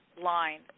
line